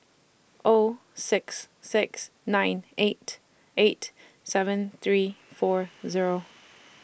O six six nine eight eight seven three four Zero